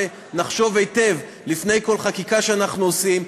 נחשוב היטב לפני כל חקיקה שאנחנו עושים.